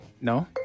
No